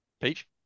Peach